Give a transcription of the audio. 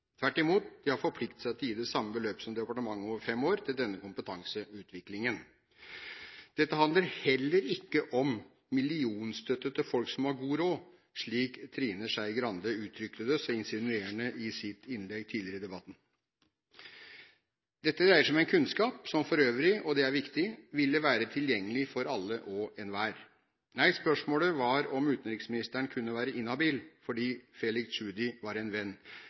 Tvert imot, de hadde forpliktet seg til å gi det samme beløpet som departementet over fem år til denne kompetanseutviklingen. Dette handler heller ikke om millionstøtte til folk som har god råd, slik Trine Skei Grande uttrykte det så insinuerende i sitt innlegg tidligere i debatten. Dette dreier seg om en kunnskap som for øvrig – og det er viktig – ville være tilgjengelig for alle og enhver. Nei, spørsmålet var om utenriksministeren kunne være inhabil fordi Felix Tschudi var en venn